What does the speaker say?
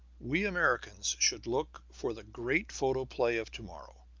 we americans should look for the great photoplay of to-morrow,